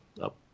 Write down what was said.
up